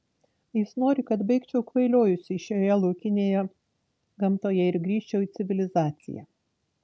jis nori kad baigčiau kvailiojusi šioje laukinėje gamtoje ir grįžčiau į civilizaciją